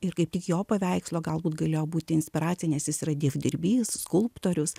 ir kaip tik jo paveikslo galbūt galėjo būti inspiracija nes jis yra dievdirbys skulptorius